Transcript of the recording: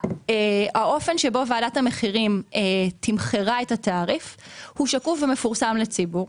האופן שבו ועדת המחירים תמחרה את התעריף הוא שקוף ומפורסם לציבור.